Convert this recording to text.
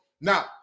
Now